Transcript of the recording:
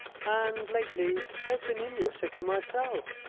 and lately i have been in your city myself.